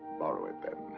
borrow it, then.